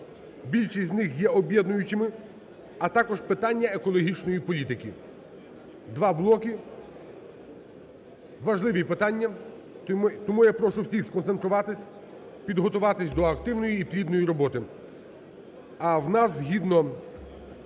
більшість з них є об'єднуючими, а також питання екологічної політики. Два блоки, важливі питання, тому я прошу всіх сконцентруватись, підготуватись до активної і плідної роботи.